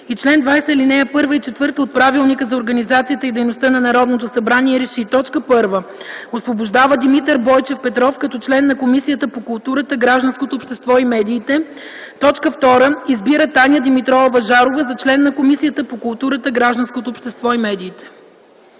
и чл. 20, ал. 1 и ал. 4 от Правилника за организацията и дейността на Народното събрание реши: 1. Освобождава Димитър Бойчев Петров като член на Комисията по културата, гражданското общество и медиите. 2. Избира Таня Димитрова Въжарова за член на Комисията по културата, гражданското общество и медиите.”